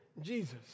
Jesus